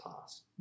past